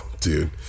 Dude